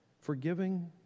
Forgiving